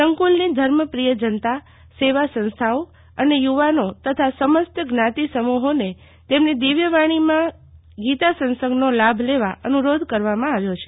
સંકુલની ધર્મપ્રિય જ્સ્નતા સેવા સંસ્થાઓ અને યુવાનો તથા સમસ્ત જ્ઞાતિસમૂહોને તેમની દિવ્ય વાણીમાં ગીતા સત્સંગનો લાભ લેવા અનુરોધ કર્યો છે